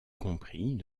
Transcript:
compris